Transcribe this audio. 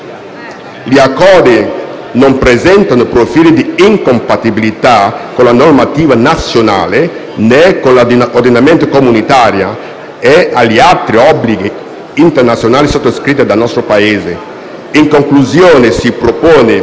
Gli Accordi non presentano profili di incompatibilità con la normativa nazionale, né con l'ordinamento comunitario e gli altri obblighi internazionali sottoscritti dal nostro Paese.